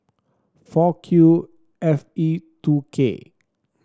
four Q F E two K